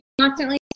constantly